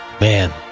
Man